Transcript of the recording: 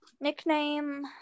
Nickname